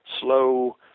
slow